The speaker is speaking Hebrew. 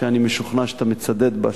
שאני משוכנע שאתה מצדד בה,